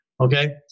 okay